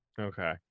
Okay